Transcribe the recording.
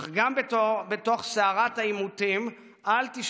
אך גם בתוך סערת העימותים אל תשכחו: